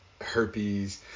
herpes